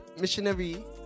missionary